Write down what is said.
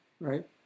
right